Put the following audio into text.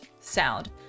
sound